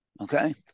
okay